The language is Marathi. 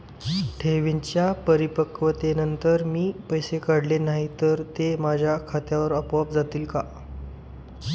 ठेवींच्या परिपक्वतेनंतर मी पैसे काढले नाही तर ते माझ्या खात्यावर आपोआप जातील का?